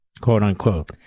quote-unquote